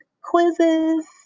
quizzes